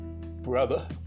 brother